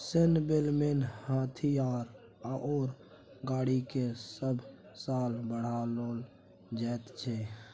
सैन्य बलमें हथियार आओर गाड़ीकेँ सभ साल बढ़ाओल जाइत छै